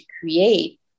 create